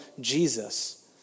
Jesus